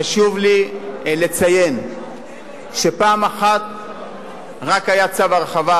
חשוב לי לציין שרק פעם אחת היה צו הרחבה,